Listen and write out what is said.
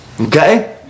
Okay